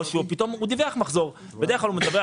או למשל עסק שדיווח על מחזור בדרך כלל הוא מדווח